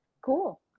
Cool